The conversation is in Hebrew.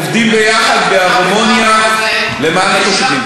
עובדים ביחד בהרמוניה למען התושבים.